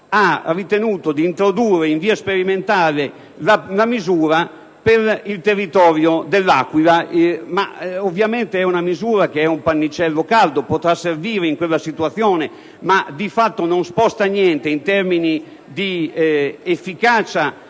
hanno ritenuto di introdurre in via sperimentale tale misura per il territorio dell'Aquila, ma ovviamente è un pannicello caldo. Potrà servire in quella situazione, ma di fatto non sposta niente in termini di efficacia